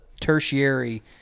tertiary